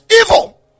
evil